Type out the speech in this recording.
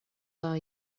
are